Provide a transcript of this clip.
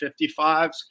55s